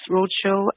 Roadshow